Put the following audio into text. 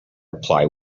reply